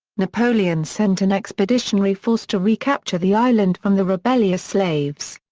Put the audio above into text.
napoleon sent an expeditionary force to recapture the island from the rebellious slaves.